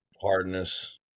hardness